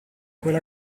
quella